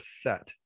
set